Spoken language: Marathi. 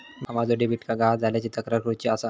माका माझो डेबिट कार्ड गहाळ झाल्याची तक्रार करुची आसा